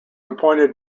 appointed